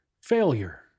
failure